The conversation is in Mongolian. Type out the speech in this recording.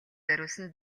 зориулсан